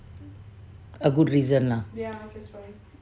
a good reason lah